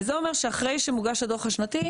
וזה אומר שאחרי שמוגש הדו"ח השנתי,